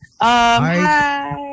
hi